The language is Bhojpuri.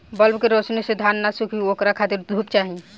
बल्ब के रौशनी से धान न सुखी ओकरा खातिर धूप चाही